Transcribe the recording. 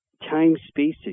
time-space